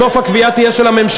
בסוף הקביעה תהיה של הממשלה.